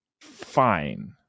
fine